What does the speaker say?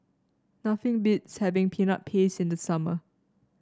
nothing beats having Peanut Paste in the summer